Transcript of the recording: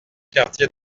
quartier